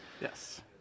Yes